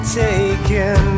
taken